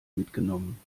mitgenommen